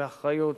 באחריות,